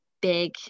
big